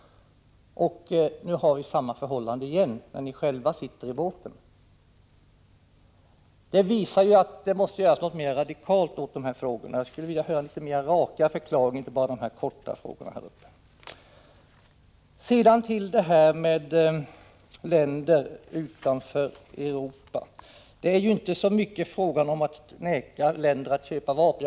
Nu är förhållandet detsamma, när ni socialdemokrater själva sitter i båten. Det måste göras något mera radikalt på detta område, och jag skulle vilja höra litet rakare förklaringar och inte bara korta kommentarer. Sedan till frågan om länder utanför Europa. Det handlar inte bara om att neka länder att köpa vapen.